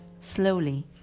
Slowly